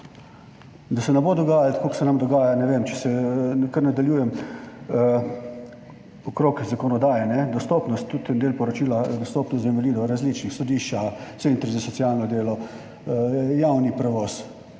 kot se nam dogaja, ne vem, če kar nadaljujem okrog zakonodaje, dostopnost. En del poročila je tudi dostopnost invalidov do različnih, sodišča, centri za socialno delo, javni prevoz.